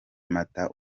mata